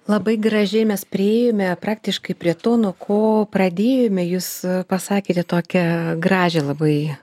labai gražiai mes priėjome praktiškai prie to nuo ko pradėjome jūs pasakėte tokią gražią labai